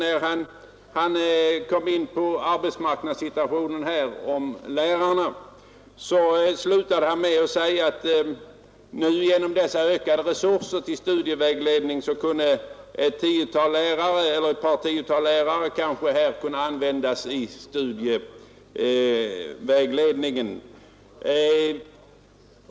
När han kom in på arbetsmarknadssituationen för lärare slutade han med att säga, att genom dessa nu ökade resurser kunde ett par tiotal lärare kanske användas i studievägledningen.